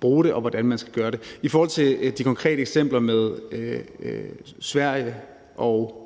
bruge det, og hvordan man skal gøre det. I forhold til de konkrete eksempler med Sverige og